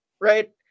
right